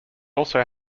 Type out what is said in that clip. also